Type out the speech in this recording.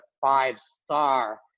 five-star